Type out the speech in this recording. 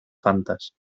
fantas